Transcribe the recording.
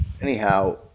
Anyhow